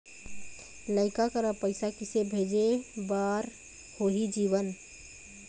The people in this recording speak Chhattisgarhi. लइका करा पैसा किसे भेजे बार होही जीवन